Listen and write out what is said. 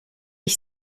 ich